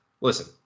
listen